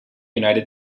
united